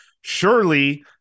surely